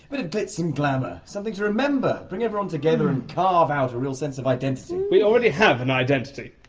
but of glitz and glamour something to remember. bring everyone together and carve out a real sense of identity. we already have an identity.